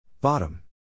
Bottom